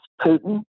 Putin